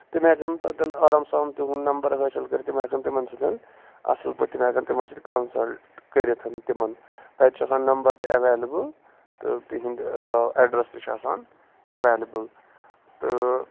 تِم ہٮ۪کن تَتین آرام سان تِہُند نَمبر حٲصِل کٔرِتھ تِم ہٮ۪کن تِمن سۭتۍ اَصٕل پٲٹھۍ تِم ہٮ۪کن تِمن سۭتۍ کٔرِتھ تِمن تَتہِ چھِ آسان نَمبر تہِ ایویلیبٕل تہٕ تِہندۍ ایڈرس تہِ چھِ آسان ایویلیبٕل تہٕ